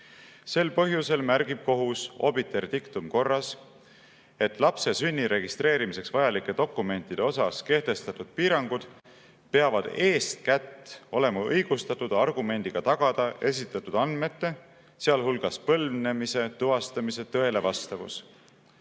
Sel põhjusel märgib kohusobiter dictumkorras, et lapse sünni registreerimiseks vajalike dokumentide osas kehtestatud piirangud peavad eeskätt olema õigustatud argumendiga tagada esitatud andmete, sealhulgas põlvnemise tuvastamise tõelevastavus.